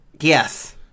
Yes